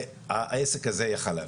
שהעסק הזה יהיה חלק.